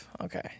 okay